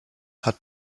had